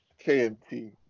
KMT